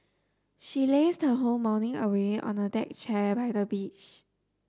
she lazed her whole morning away on a deck chair by the beach